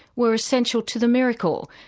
were essential to the miracle,